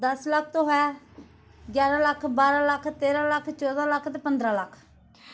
दस लक्ख तो है ग्याहरा लक्ख बारां लक्ख तेरां लक्ख चौदां लक्ख ते पंदरां लक्ख